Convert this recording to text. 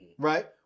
right